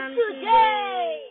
today